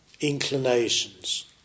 inclinations